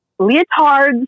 leotards